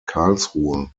karlsruhe